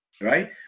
right